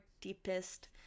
deepest